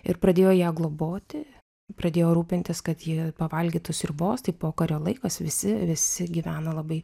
ir pradėjo ją globoti pradėjo rūpintis kad ji pavalgytų sriubos tai pokario laikas visi visi gyveno labai